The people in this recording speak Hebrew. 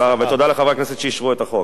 ותודה לחברי הכנסת שאישרו את החוק.